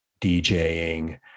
DJing